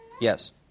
Yes